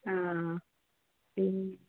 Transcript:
ആ